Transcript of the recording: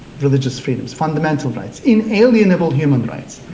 religious freedoms, fundamental rights, inalienable human rights.